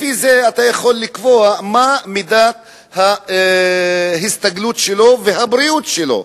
לפי זה אתה יכול לקבוע מה מידת ההסתגלות שלו והבריאות שלו.